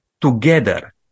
together